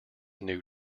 new